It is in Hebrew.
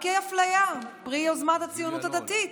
חוקי אפליה פרי יוזמת הציונות הדתית,